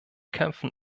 kämpfen